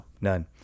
None